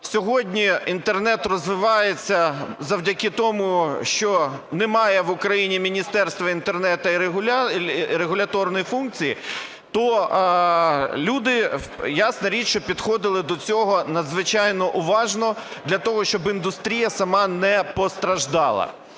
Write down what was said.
сьогодні Інтернет розвивається завдяки тому, що немає в Україні міністерства Інтернету і регуляторної функції, ясна річ, що люди підходили до цього надзвичайно уважно для того, щоб індустрія сама не постраждала.